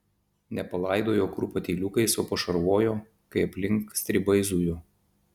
ne palaidojo kur patyliukais o pašarvojo kai aplink stribai zujo